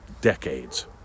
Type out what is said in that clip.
decades